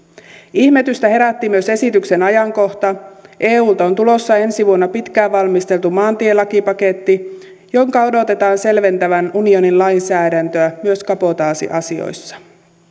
ihmetystä herätti myös esityksen ajankohta eulta on tulossa ensi vuonna pitkään valmisteltu maantielakipaketti jonka odotetaan selventävän unionin lainsäädäntöä myös kabotaasiasioissa